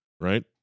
right